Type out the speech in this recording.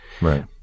Right